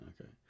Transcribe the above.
Okay